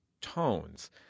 tones